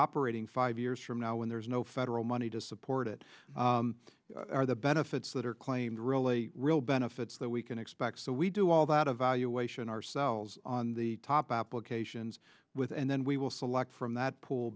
operating five years from now when there's no federal money to support it are the benefits that are claimed really real benefits that we can expect so we do all that evaluation ourselves on the top applications with and then we will select from that pool